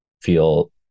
feel